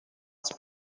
els